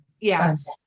Yes